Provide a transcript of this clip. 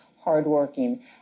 hardworking